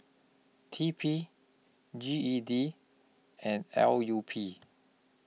T P G E D and L U P